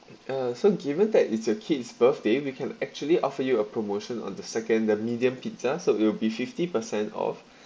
uh so given that it's a kid's birthday we can actually offer you a promotion on the second the medium pizza so it will be fifty per cent off